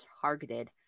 targeted